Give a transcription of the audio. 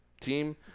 team